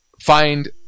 find